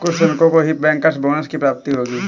कुछ श्रमिकों को ही बैंकर्स बोनस की प्राप्ति होगी